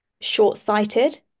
short-sighted